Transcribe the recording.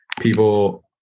people